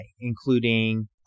including